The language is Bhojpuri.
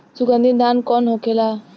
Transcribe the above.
सुगन्धित धान कौन होखेला?